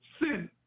sin